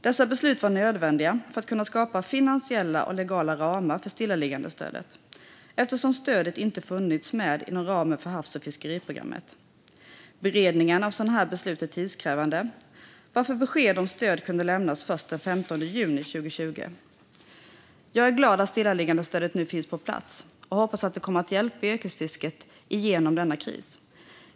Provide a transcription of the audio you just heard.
Dessa beslut var nödvändiga för att kunna skapa finansiella och legala ramar för stillaliggandestödet, eftersom stödet inte funnits med inom ramen för havs och fiskeriprogrammet. Beredningen av sådana beslut är tidskrävande varför besked om stöd kunde lämnas först den 15 juni 2020. Jag är glad att stillaliggandestödet nu finns på plats och hoppas att det kommer att hjälpa yrkesfisket igenom denna kris.